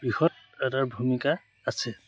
বৃহৎ এটাৰ ভূমিকা আছে